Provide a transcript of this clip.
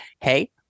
Hey